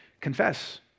confess